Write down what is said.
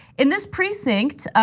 in this precinct,